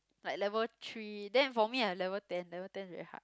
like level three then for me I level ten level ten very hard